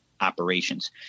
operations